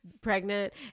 pregnant